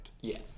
yes